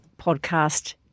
podcast